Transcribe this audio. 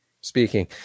speaking